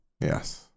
Yes